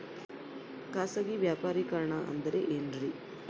ಖಾಸಗಿ ವ್ಯಾಪಾರಿಕರಣ ಅಂದರೆ ಏನ್ರಿ?